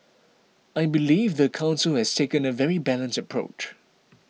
I believe the council has taken a very balanced approach